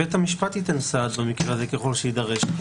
בית המשפט ייתן סעד במקרה הזה, ככל שיידרש.